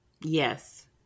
Yes